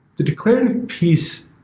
the declarative piece,